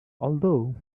although